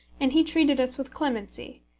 and he treated us with clemency.